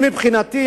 מבחינתי,